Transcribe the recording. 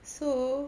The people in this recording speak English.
so